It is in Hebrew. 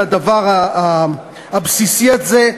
על הדבר הבסיסי הזה,